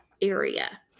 area